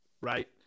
Right